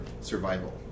survival